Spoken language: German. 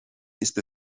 ist